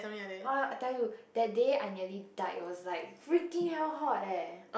orh I tell you that day I nearly died it was like freaking hell hot eh